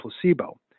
placebo